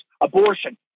abortion